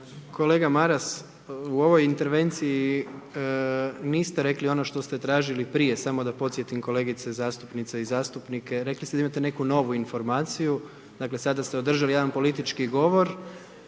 Kolega Maras, u ovoj intervenciji niste rekli ono što se tražili prije, samo da podsjetim kolegice zastupnice i zastupnike, rekli ste da imate neku novu informaciju, dakle sada ste održali jedan politički govor.